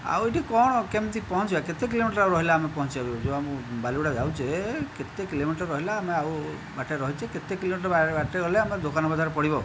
ଆଉ ଏଠି କଣ କେମିତି ପହଞ୍ଚିବା କେତେ କିଲୋମିଟର ଆଉ ରହିଲା ଆମେ ପହଞ୍ଚିବାକୁ ଯେଉଁ ଆମ ବାଲିଗୁଡା ଯାଉଛେ କେତେ କିଲୋମିଟର ରହିଲା ଆମେ ଆଉ ବାଟରେ ରହିଛେ କେତେ କିଲୋମିଟର ବାଟରେ ଗଲେ ଆମର ଦୋକାନ ବଜାର ପଡିବ